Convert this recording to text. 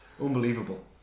Unbelievable